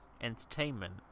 entertainment